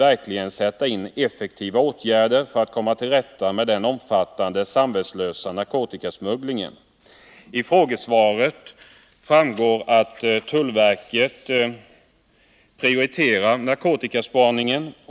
verkligen sätta in effektiva åtgärder för att komma till rätta med den omfattande och samvetslösa narkotikasmugglingen. Av frågesvaret framgår att tullverket prioriterar narkotikaspaningen.